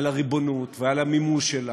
על הריבונות ועל המימוש שלה,